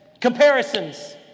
Comparisons